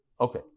okay